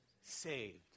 Saved